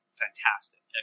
fantastic